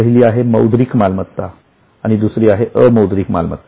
पहिली आहे मौद्रिक मालमत्ता आणि दुसरी आहे अमौद्रिक मालमत्ता